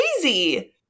crazy